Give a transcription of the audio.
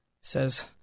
says